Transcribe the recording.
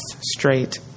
straight